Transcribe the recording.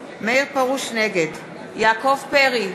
נגד יעקב פרי,